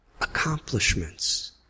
accomplishments